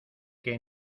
que